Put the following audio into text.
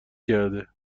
کرده